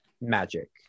magic